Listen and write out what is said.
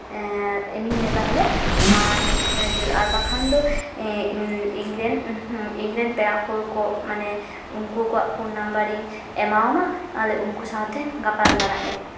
ᱤᱢᱟᱹᱧ ᱢᱮ ᱛᱟᱦᱞᱮ ᱟᱨ ᱵᱟᱠᱷᱟᱱ ᱫᱚ ᱤᱧᱨᱮᱱ ᱤᱧᱨᱮᱱ ᱯᱮᱲᱟ ᱦᱚᱲᱠᱚ ᱢᱟᱱᱮ ᱩᱱᱠᱩ ᱠᱚᱣᱟᱜ ᱯᱷᱳᱱ ᱱᱟᱢᱵᱟᱨᱤᱧ ᱮᱢᱟᱣᱟᱢᱟ ᱛᱟᱦᱞᱮ ᱩᱱᱠᱩ ᱥᱟᱞᱟᱜ ᱛᱮ ᱜᱟᱯᱟᱞ ᱢᱟᱨᱟᱜ ᱢᱮ